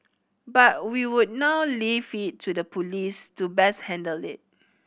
but we would now leave it to the police to best handle it